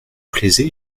plaisez